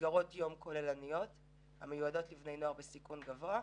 מסגרות יום כוללניות המיועדות לבני נוער בסיכון גבוה.